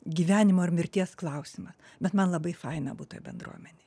gyvenimo ar mirties klausimas bet man labai faina būt toj bendruomenėj